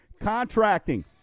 Contracting